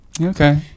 Okay